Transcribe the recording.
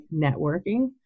networking